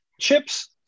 chips